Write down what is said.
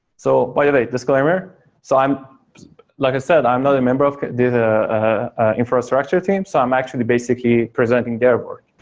so by the way, disclaimer so i'm like i said, i'm not a member of the the ah infrastructure team, so i'm actually basically presenting their work.